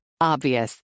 Obvious